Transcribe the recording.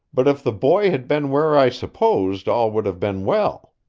but if the boy had been where i supposed all would have been well.